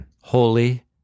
holy